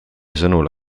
sõnul